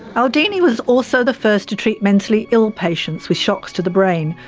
aldini was also the first to treat mentally ill patients with shocks to the brain,